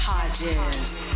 Hodges